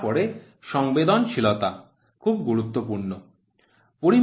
তারপরে সংবেদনশীলতা খুব গুরুত্বপূর্ণ